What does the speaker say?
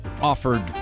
offered